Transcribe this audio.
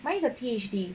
mine is a P_H_D